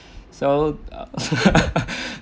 so